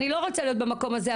אני לא רוצה להיות במקום הזה,